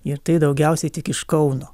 ir tai daugiausiai tik iš kauno